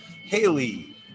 Haley